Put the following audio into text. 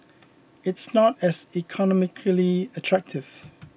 it's not as economically attractive